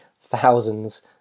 thousands